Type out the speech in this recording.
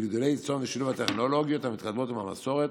גידולי צאן ושילוב הטכנולוגיות המתקדמות עם המסורת,